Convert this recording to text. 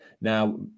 Now